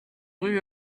rue